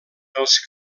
els